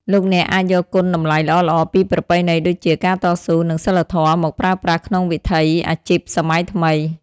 លោកអ្នកអាចយកគុណតម្លៃល្អៗពីប្រពៃណី ដូចជា "ការតស៊ូ" និង "សីលធម៌" មកប្រើប្រាស់ក្នុងវិថីអាជីពសម័យថ្មី។